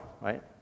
Right